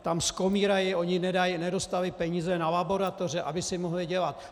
Tam skomírají, oni nedostali peníze na laboratoře, aby si mohli dělat.